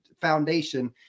foundation